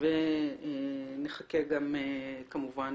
ונחכה גם כמובן